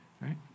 right